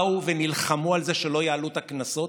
באו ונלחמו על זה שלא יעלו את הקנסות,